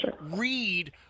read